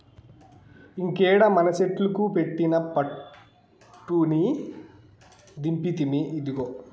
ఇంకేడ మనసెట్లుకు పెట్టిన పట్టుని దింపితిమి, ఇదిగో